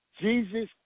Jesus